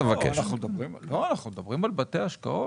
אנחנו מדברים על בתי השקעות.